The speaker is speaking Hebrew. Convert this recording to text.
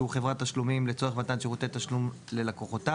חברת תשלומים לצורך מתן שירותי תשלום ללקוחותיו,